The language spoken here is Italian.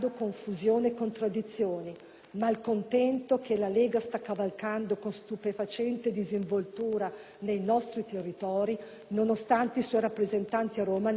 (malcontento che la Lega sta cavalcando con stupefacente disinvoltura nei nostri territori nonostante i suoi rappresentanti a Roma ne abbiano condiviso l'approvazione),